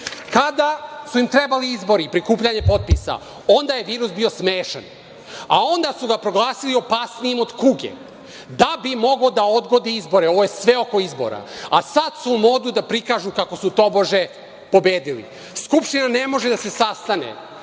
su im trebali izbori, prikupljanje potpisa, onda je virus bio smešan, a onda su ga proglasili opasnijim od kuge da bi mogao da odgodi izbore. Ovo je sve oko izbora, a sad su u modu da prikažu kako su tobože pobedili. Skupština ne može da se sastane,